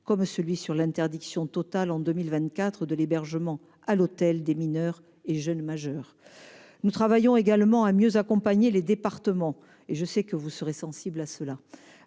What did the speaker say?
comme celui sur l'interdiction totale en 2024 de l'hébergement à l'hôtel des mineurs et jeunes majeurs. Nous travaillons également à mieux accompagner les départements, une orientation à laquelle- je